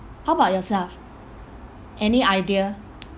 how about yourself any idea